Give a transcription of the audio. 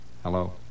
Hello